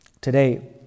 Today